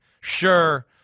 sure